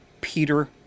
Peter